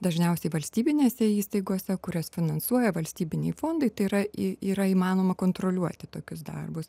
dažniausiai valstybinėse įstaigose kurias finansuoja valstybiniai fondai tai yra yra įmanoma kontroliuoti tokius darbus